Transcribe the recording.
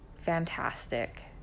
fantastic